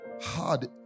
Hard